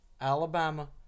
Alabama